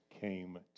came